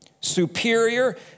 superior